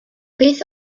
beth